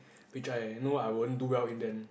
which I know I won't do well in then